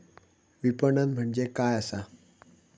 विपणन म्हणजे काय असा?